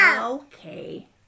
Okay